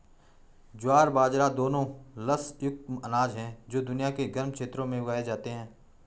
ज्वार बाजरा दोनों लस मुक्त अनाज हैं जो दुनिया के गर्म क्षेत्रों में उगाए जाते हैं